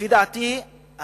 לפי דעתי,